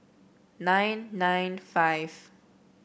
nine nine five